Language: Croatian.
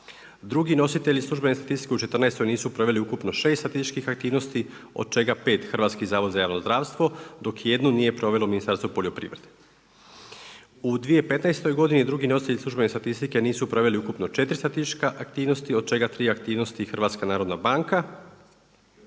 Drugi nositelji službene statistike u 2014. nisu proveli ukupno 6 statističkih aktivnosti od čega 5 Hrvatski zavod za javno zdravstvo, dok jednu nije provelo Ministarstvo poljoprivrede. U 2015. godini drugi nositelji službene statistike nisu proveli ukupno 4 statističke aktivnosti, od čega 3 aktivnosti HNB, dok